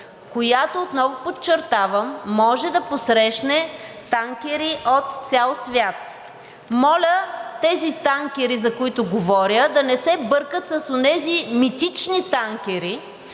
която, отново подчертавам, може да посрещне танкери от цял свят. Моля, тези танкери, за които говоря, да не се бъркат с онези митични танкери,